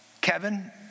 Kevin